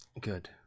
Good